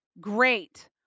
great